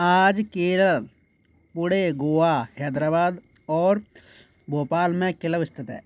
आज केरल पुणे गोवा हैदराबाद और भोपाल में क्लब स्थित है